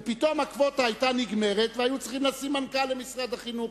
ופתאום הקווטה היתה נגמרת והיו צריכים לשים מנכ"ל למשרד החינוך.